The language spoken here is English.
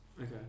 Okay